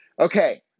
Okay